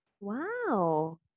Wow